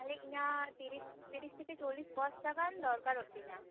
ᱟᱞᱮ ᱤᱧᱟ ᱛᱤᱨᱤᱥ ᱛᱤᱨᱤᱥ ᱛᱷᱮᱠᱮ ᱪᱚᱞᱞ ᱵᱚᱥᱛᱟ ᱜᱟᱱ ᱫᱚᱨᱠᱟᱨᱚ ᱛᱤᱧᱟ